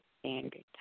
Standard